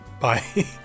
Bye